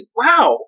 wow